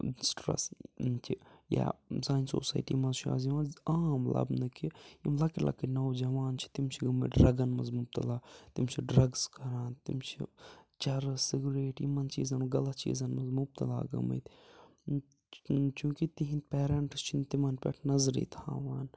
stress چھِ یا سانہِ سوسایٹی مَنٛز چھُ آز یِوان عام لَبنہٕ کہِ یِم لَکٕٹۍ لَکٕٹۍ نو جوان چھِ تِم چھِ گٔمٕتۍ ڈرٛگَن منٛز مُبتلا تِم چھِ ڈرٛگٕس کَران تِم چھِ چرٕژ سِگریٹ یِمَن چیٖزَن غلط چیٖزَن منٛز مُبتلا گٔمٕتۍ چوٗنٛکہِ تِہِنٛدۍ پیرنٛٹٕس چھِنہٕ تِمَن پٮ۪ٹھ نَظرِے تھاوان